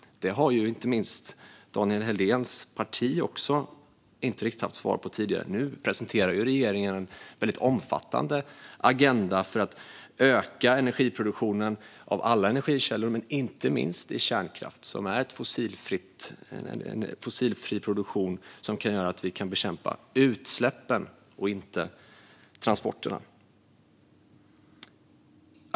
Inte minst Daniel Helldéns parti har tidigare inte haft något riktigt svar på det. Nu presenterar regeringen en väldigt omfattande agenda för att öka energiproduktionen från alla energikällor, inte minst från kärnkraft som är fossilfri och som kan göra att vi kan bekämpa utsläppen och inte transporterna.